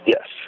Yes